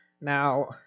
Now